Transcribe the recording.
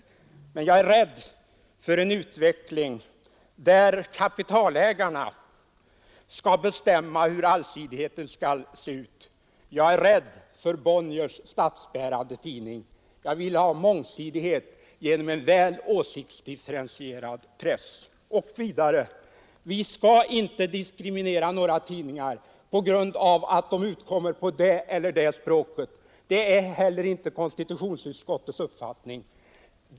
Men jag är rädd för en utveckling, där kapitalägarna skall bestämma hur allsidigheten skall se ut. Jag är rädd för Bonniers statsbärande tidning. Jag vill ha mångsidighet genom en väl åsiktsdifferentierad press. Vi skall inte diskriminera några tidningar på grund av att de utkommer på det eller det språket. Det är heller inte konstitutionsutskottets uppfattning.